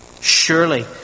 Surely